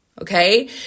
okay